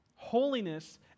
Holiness